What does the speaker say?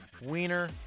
wiener